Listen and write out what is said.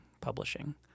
Publishing